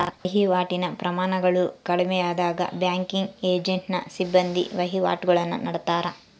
ವಹಿವಾಟಿನ ಪ್ರಮಾಣಗಳು ಕಡಿಮೆಯಾದಾಗ ಬ್ಯಾಂಕಿಂಗ್ ಏಜೆಂಟ್ನ ಸಿಬ್ಬಂದಿ ವಹಿವಾಟುಗುಳ್ನ ನಡತ್ತಾರ